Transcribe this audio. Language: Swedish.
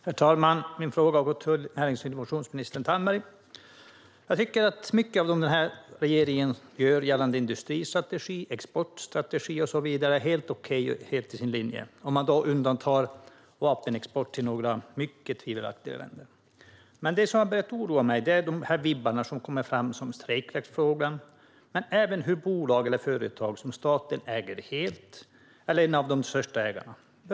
Herr talman! Min fråga går till närings och innovationsminister Damberg. Jag tycker att mycket av vad den här regeringen gör i fråga om industristrategi, exportstrategi och så vidare är helt okej, undantaget vapenexport till några mycket tvivelaktiga länder. Det som har börjat oroa mig är de vibbar som har kommit fram när det gäller strejkrättsfrågan och de bolag eller företag som staten äger helt eller är en av de största ägarna i.